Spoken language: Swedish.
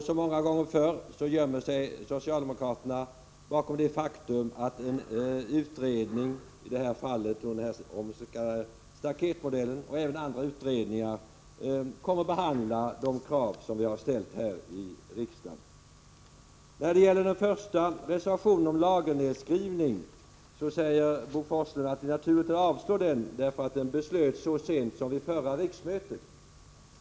Som många gånger förr gömmer sig socialdemokraterna bakom det faktum att en utredning, i det här fallet om den s.k. staketmodellen — och även andra utredningar — kommer att behandla de krav som vi har ställt. När det gäller den första reservationen, om lagernedskrivning, säger Bo Forslund att det är naturligt att avstyrka den, eftersom beslutet om den fattades så sent som vid förra riksmötet.